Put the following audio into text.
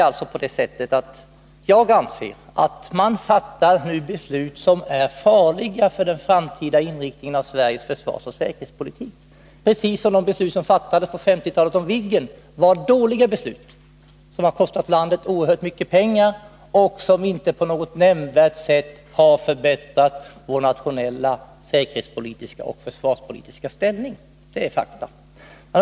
Och jag anser att man nu fattar ett beslut som är farligt för den framtida inriktningen av Sveriges försvarsoch säkerhetspolitik, precis som de beslut som fattades på 1950-talet om Viggen var dåliga beslut, som har kostat landet oerhört mycket pengar och som inte på något nämnvärt sätt har förbättrat vår nationella säkerhetspolitiska och försvarspolitiska ställning. Det är fakta.